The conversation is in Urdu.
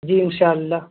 جی ان شاء اللہ